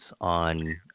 on